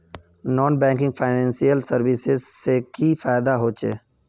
Non banking financial services से की फायदा होचे?